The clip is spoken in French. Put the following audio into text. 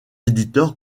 éditeurs